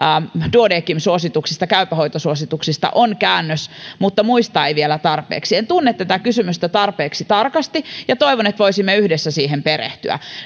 duodecimin käypä hoito suosituksista on käännös mutta muista ei vielä tarpeeksi en tunne tätä kysymystä tarpeeksi tarkasti ja toivon että voisimme yhdessä siihen perehtyä